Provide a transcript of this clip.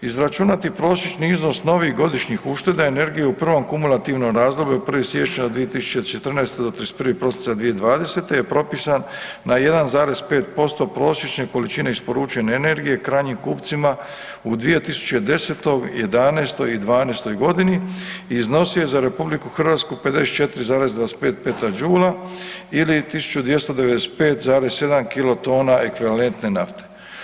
Izračunati prosječni iznos novih godišnjih ušteda energije u prvom kumulativnom razdoblju od 1. siječnja 2014. do 31. prosinca 2020. je propisan na 1,5% prosječne količine isporučene energije krajnjim kupcima u 2010., '11. i '12. godini i iznosio je za RH 54,25 Petadžula ili 1295,7 Kilotona ekvivalentne nafte.